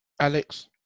Alex